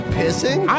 pissing